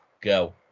Go